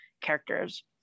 characters